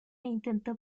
intentó